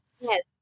Yes